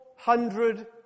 Hundred